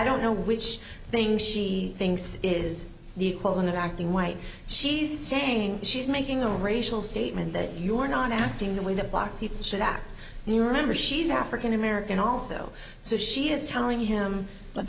don't know which thing she thinks is the equivalent of acting white she's saying she's making a racial statement that you're not acting the way that black people should act and you remember she's african american also so she is telling him but